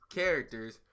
characters